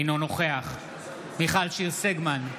אינו נוכח מיכל שיר סגמן,